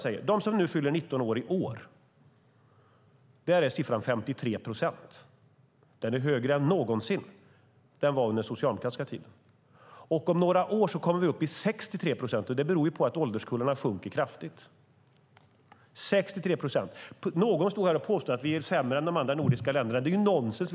För de som nu fyller 19 år i år är siffran 53 procent. Den är högre än den någonsin var under den socialdemokratiska tiden. Om några år kommer vi upp i 63 procent. Det beror på att ålderskullarna minskar kraftigt. Någon stod här och påstod att vi är sämre än de andra nordiska länderna. Det är nonsens.